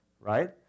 right